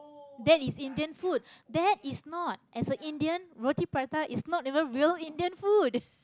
that is indian food that is not as a indian roti-prata is not even real indian food